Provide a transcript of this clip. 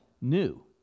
new